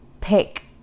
pick